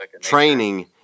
training